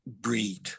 breed